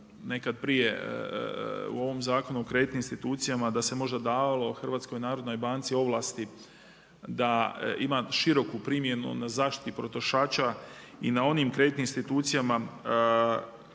nekad prije u ovom Zakonu o kreditnim institucijama da se možda davalo HNB-u ovlasti da ima široku primjenu na zaštiti potrošača i na onim kreditnim institucijama